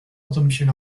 assumption